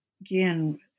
again